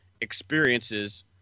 experiences